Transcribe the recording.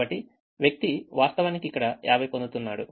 కాబట్టి వ్యక్తి వాస్తవానికి ఇక్కడ 50 పొందుతున్నాడు